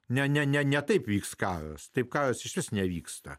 ne ne ne ne taip vyks karas taip kasius nevyksta